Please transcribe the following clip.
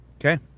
Okay